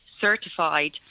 certified